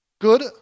Good